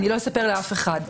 לא אספר לאף אחד.